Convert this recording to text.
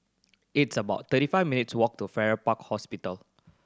it's about thirty five minutes' walk to Farrer Park Hospital